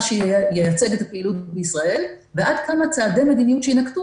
שייצג את הפעילות בישראל ועד כמה צעדי המדיניות שינקטו